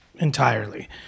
Entirely